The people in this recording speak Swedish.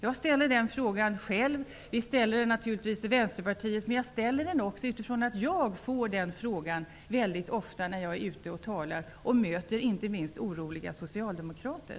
Jag ställer den frågan själv, vi ställer den naturligtvis i Vänsterpartiet, men jag ställer den också därför att jag väldigt ofta får den frågan när jag är ute och talar och möter inte minst oroliga socialdemokrater.